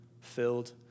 Filled